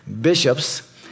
bishops